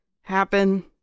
happen